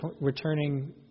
returning